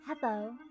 Hello